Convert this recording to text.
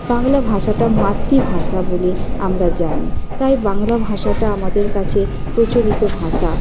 বাংলা ভাষাটা মাতৃভাষা বলে আমরা জানি তাই বাংলা ভাষাটা আমাদের কাছে প্রচলিত ভাষা